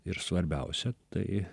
ir svarbiausia tai